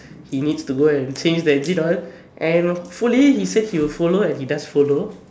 he needs to go and change the engine oil and fully he says he will follow and he just follow